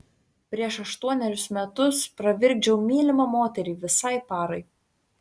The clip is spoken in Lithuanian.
prieš aštuonerius metus pravirkdžiau mylimą moterį visai parai